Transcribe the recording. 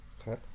Okay